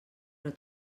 però